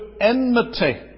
enmity